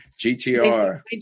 GTR